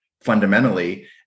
fundamentally